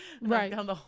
Right